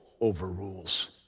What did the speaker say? overrules